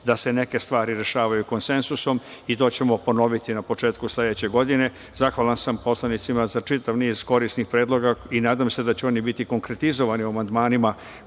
da se neke stvari rešavaju konsenzusom i to ćemo ponoviti na početku sledeće godine. Zahvalan sam poslanicima za čitav niz korisnih predloga i nadam se da će oni biti konkretizovani amandmanima